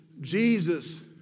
Jesus